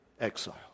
exile